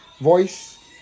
voice